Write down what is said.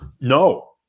no